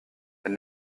elle